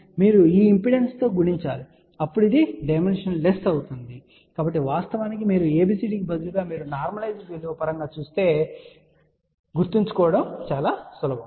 మీరు ఈ ఇంపిడెన్స్తో గుణించాలి ఇప్పుడు ఇది డైమెన్షనల్ అయ్యింది కాబట్టి వాస్తవానికి మీరు ABCD కి బదులుగా మీరు నార్మలైస్డ్ విలువ పరంగా వ్రాస్తే గుర్తుంచుకోవడం చాలా సులభం